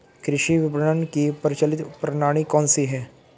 कृषि विपणन की प्रचलित प्रणाली कौन सी है?